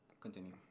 Continue